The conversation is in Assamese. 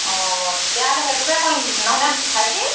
অ তেতিয়াহ'লে সেইটোকে কৰিম নহয়নে ভাইটি